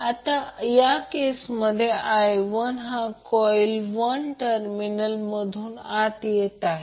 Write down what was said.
आता या केसमधे i1 हा कॉइल 1 टर्मिनल मधून आत येत आहे